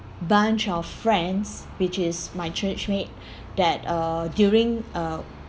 bunch of friends which is my church mate that uh during uh